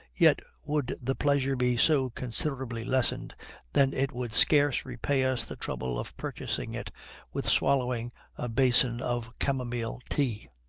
yet would the pleasure be so considerably lessened that it would scarce repay us the trouble of purchasing it with swallowing a basin of camomile tea.